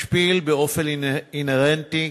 משפיל באופן אינהרנטי,